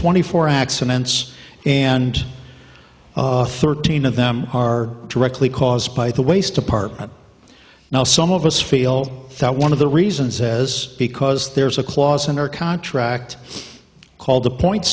twenty four accidents and thirteen of them are directly caused by the waste department now some of us feel that one of the reasons is because there's a clause in our contract called the point